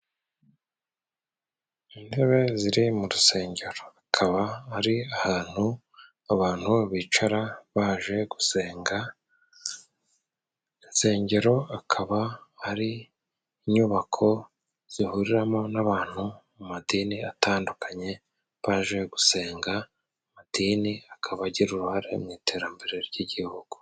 Intebe ziri mu urusengero akaba ari ahantu abantu bicara baje gusenga. Insengero akaba hari inyubako zihuriramo n'abantu mu madini atandukanye baje gusenga. Amadini akaba agira uruhare mu iterambere ry'igihugu.